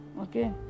Okay